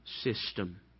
system